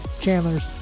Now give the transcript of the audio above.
Chandler's